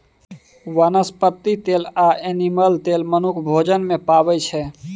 बनस्पति तेल आ एनिमल तेल मनुख भोजन मे पाबै छै